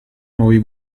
nuovi